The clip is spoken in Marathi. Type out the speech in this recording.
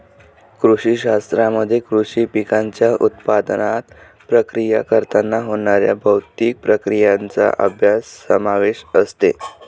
कृषी शास्त्रामध्ये कृषी पिकांच्या उत्पादनात, प्रक्रिया करताना होणाऱ्या भौतिक प्रक्रियांचा अभ्यास समावेश असते